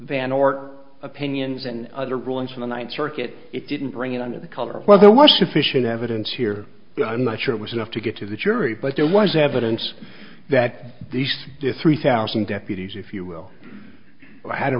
van or opinions and other rulings from the ninth circuit it didn't bring it under the color was the wash of fission evidence here i'm not sure it was enough to get to the jury but there was evidence that these three thousand deputies if you will i had a